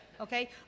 Okay